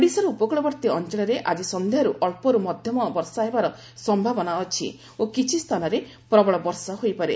ଓଡ଼ିଶାର ଉପକୃଳବର୍ତ୍ତୀ ଅଞ୍ଚଳରେ ଆକି ସନ୍ଧ୍ୟାରୁ ଅଞ୍ଚରୁ ମଧ୍ୟମ ବର୍ଷା ହେବାର ସମ୍ଭାବନା ଅଛି ଓ କିଛି ସ୍ଥାନରେ ପ୍ରବଳ ବର୍ଷା ହୋଇପାରେ